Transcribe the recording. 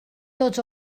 tots